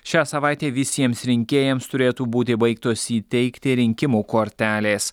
šią savaitę visiems rinkėjams turėtų būti baigtos įteikti rinkimų kortelės